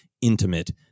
intimate